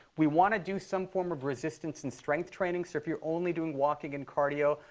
we want to do some form of resistance and strength training. so if you're only doing walking and cardio,